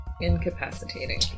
Incapacitating